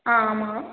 ஆ ஆமாம்